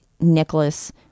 nicholas